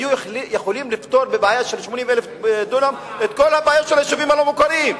היו יכולים לפתור עם 80,000 דונם את כל הבעיות של היישובים הלא-מוכרים.